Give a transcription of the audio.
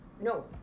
no